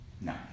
No